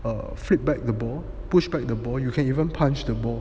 err flip back the ball pushed back the ball you can even punch back the ball